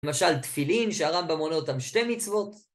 למשל תפילין שהרמב״ם מונה אותם שתי מצוות?